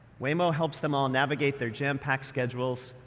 waymo helps them all navigate their jam-packed schedules,